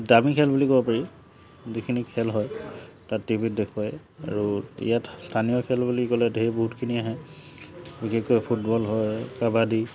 দামী খেল বুলি ক'ব পাৰি যিখিনি খেল হয় তাত টিভিত দেখুৱায় আৰু ইয়াত স্থানীয় খেল বুলি ক'লে ঢেৰ বহুতখিনি আহে বিশেষকৈ ফুটবল হয় কাবাডী